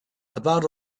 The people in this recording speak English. about